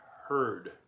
heard